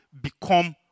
become